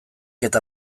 eta